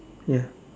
ya